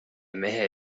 mehe